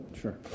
sure